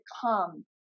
come